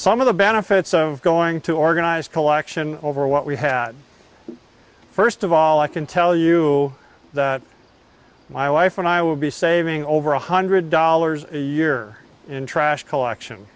some of the benefits of going to organized collection over what we had first of all i can tell you that my wife and i will be saving over one hundred dollars a year in trash collection